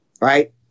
Right